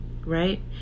right